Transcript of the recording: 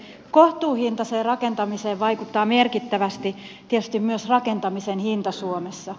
kohtuuhintaiseen rakentamiseen vaikuttaa merkittävästi tietysti myös rakentamisen hinta suomessa